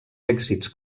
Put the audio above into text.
èxits